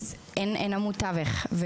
אז אין עמוד תווך.